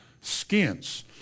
skins